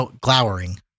glowering